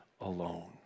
alone